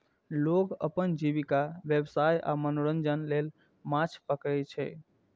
लोग अपन जीविका, व्यवसाय आ मनोरंजन लेल माछ पकड़ै छै